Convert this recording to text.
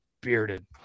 bearded